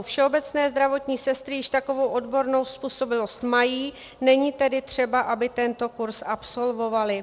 Všeobecné zdravotní sestry již takovou odbornou způsobilost mají, není tedy třeba, aby tento kurz absolvovaly.